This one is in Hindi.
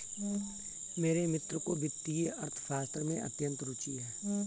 मेरे मित्र को वित्तीय अर्थशास्त्र में अत्यंत रूचि है